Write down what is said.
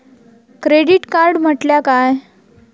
Credit card म्हटल्या काय?